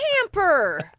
hamper